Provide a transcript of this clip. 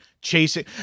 chasing